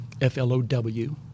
F-L-O-W